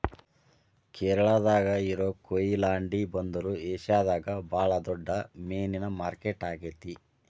ಕೇರಳಾದಾಗ ಇರೋ ಕೊಯಿಲಾಂಡಿ ಬಂದರು ಏಷ್ಯಾದಾಗ ಬಾಳ ದೊಡ್ಡ ಮೇನಿನ ಮಾರ್ಕೆಟ್ ಆಗೇತಿ